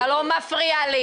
אתה לא מפריע לי.